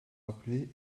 rappeler